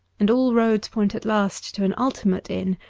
and all roads point at last to an ultimate inn,